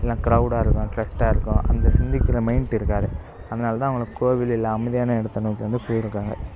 எல்லாம் கிரௌடாக இருக்கும் ட்ரெஸ்டாக இருக்கும் அந்த சிந்திக்குற மைண்ட் இருக்காது அதனால்தான் அவுங்க கோவில் இல்லை அமைதியான இடத்தை நோக்கி வந்து போயிருக்காங்க